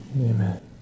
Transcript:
Amen